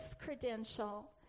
credential